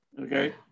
okay